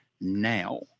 now